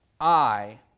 I